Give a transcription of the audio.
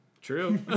True